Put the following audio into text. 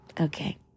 Okay